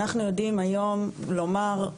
אנחנו יודעים היום לומר